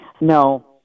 No